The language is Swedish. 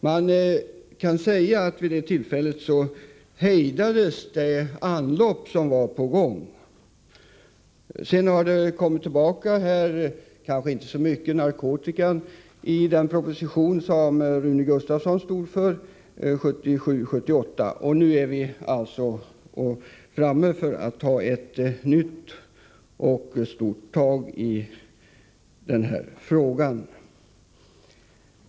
Man kan säga att vid det tillfället hejdades det anlopp som var på gång. Sedan kom ärendet tillbaka — det gällde kanske inte i så stor utsträckning narkotikan —i en proposition som Rune Gustavsson lade fram 1977/78, och nu är vi alltså framme vid att ta ett nytt kraftigt tag i frågan.